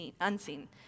unseen